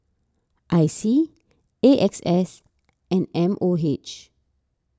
I C A X S and M O H